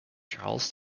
charles